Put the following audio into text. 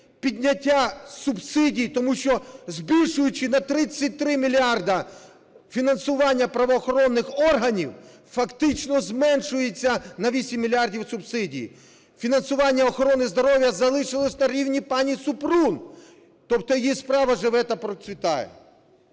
підняттю субсидій, тому що, збільшуючи на 33 мільярди фінансування правоохоронних органів, фактично, зменшуються на 8 мільярдів субсидії. Фінансування охорони здоров'я залишилось на рівні пані Супрун, тобто її справа живе та процвітає.